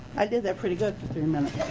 i did that pretty good for three minutes.